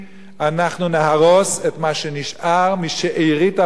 אנחנו נהרוס את מה שנשאר משארית הפליטה